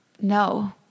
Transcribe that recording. No